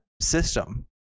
system